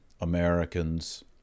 Americans